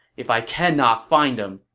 if i cannot find them,